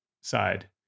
side